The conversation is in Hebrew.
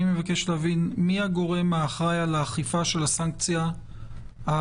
אני מבקש להבין מי הגורם האחראי של הסנקציה החדשה?